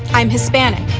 i'm hispanic.